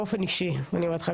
באופן אישי אני אומרת לך.